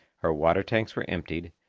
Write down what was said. her water-tanks were emptied,